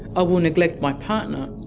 i will neglect my partner,